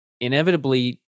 inevitably